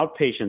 outpatient